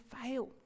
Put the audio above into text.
fail